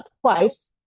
twice